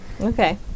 Okay